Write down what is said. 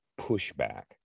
pushback